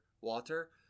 water